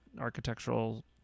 architectural